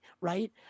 right